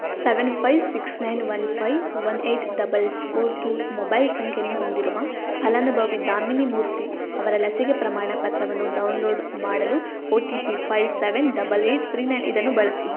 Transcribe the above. seven five six nine one five one eight double four two mobile ಸಂಖ್ಯೆಯನ್ನು ಹೊಂದಿರುವ ಫಲಾನುಭವಿ ದಾಮಿನಿ ಮೂರ್ತಿ ಅವರ ಲಸಿಕೆ ಪ್ರಮಾಣಪತ್ರವನ್ನು ಡೌನ್ಲೋಡ್ ಮಾಡಲು O T P five seven double eight three nine ಇದನ್ನು ಬಳಸಿ